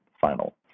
final